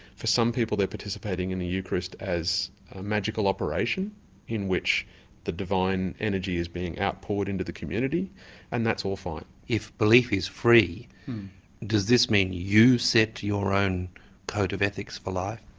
for some people they're participating in the eucharist as a magical operation in which the divine energy is being outpoured into the community and that's all fine. if belief is free does this this mean you set your own code of ethics for life?